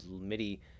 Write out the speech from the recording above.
MIDI